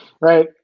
right